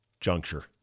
juncture